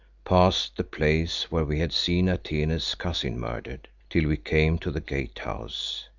past the place where we had seen atene's cousin murdered, till we came to the gate-house.